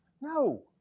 No